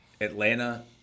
Atlanta